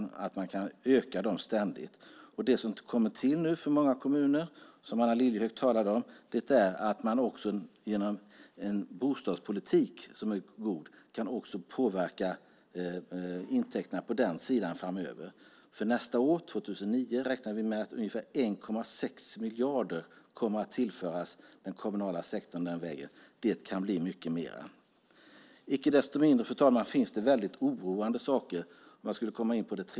Det som nu kommer till för många kommuner och som Anna Lilliehöök talade om är att man också genom en god bostadspolitik kan påverka intäkterna framöver. För nästa år, 2009, räknar vi med att ungefär 1,6 miljarder kommer att tillföras den kommunala sektorn på den vägen. Det kan bli mycket mer. Icke desto mindre finns det oroande saker.